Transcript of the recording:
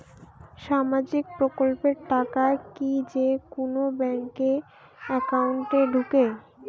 সামাজিক প্রকল্পের টাকা কি যে কুনো ব্যাংক একাউন্টে ঢুকে?